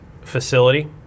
facility